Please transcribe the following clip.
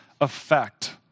effect